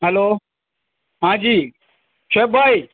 hello ہاں جی شعیب بھائی